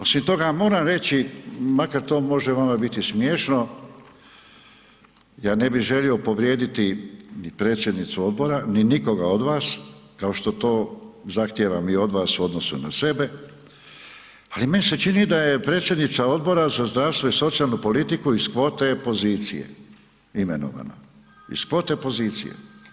Osim toga ja moram reći, makar to može vama biti smiješno, ja ne bi želio povrijediti ni predsjednicu odbora ni nikoga od vas kao što to zahtijevam u odnosu na sebe, ali meni se čini da je predsjednica Odbora za zdravstvo i socijalnu politiku iz kvote pozicije imenovana, iz kvote pozicije.